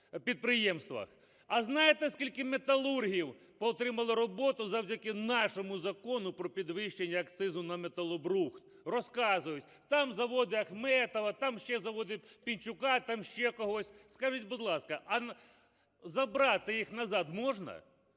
А знаєте, скільки металургів поотримали роботу завдяки нашому Закону про підвищення акцизу на металобрухт? Розказують, там заводи Ахметова, там ще заводи Пінчука, там ще когось. Скажіть, будь ласка, а забрати їх назад можна,